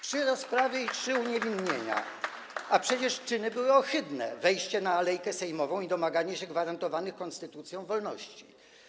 Trzy rozprawy i trzy uniewinnienia, a przecież czyny były ohydne: wejście na alejkę sejmową i domaganie się gwarantowanych konstytucją wolności.